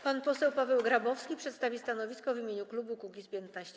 Pan poseł Paweł Grabowski przedstawi stanowisko w imieniu klubu Kukiz’15.